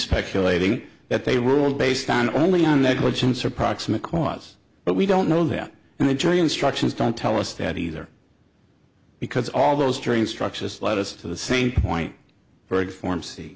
speculating that they ruled based on only on negligence or proximate cause but we don't know that and the jury instructions don't tell us that either because all those train structures lead us to the same point very formal see